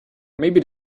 maybe